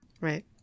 right